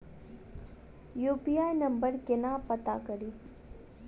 UPI number केना पत्ता कड़ी?